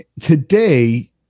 today